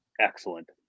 excellent